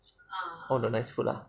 all the nice food ah